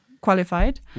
qualified